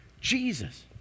Jesus